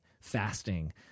fasting